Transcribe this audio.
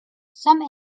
some